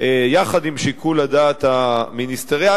יחד עם שיקול הדעת המיניסטריאלי.